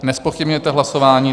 Nezpochybňujete hlasování.